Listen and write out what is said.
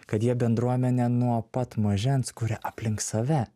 kad jie bendruomenę nuo pat mažens kuria aplink save